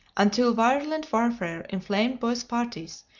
until virulent warfare inflamed both parties,